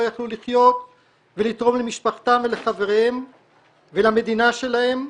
יכלו לחיות ולתרום למשפחתם ולחבריהם ולמדינה שלהם,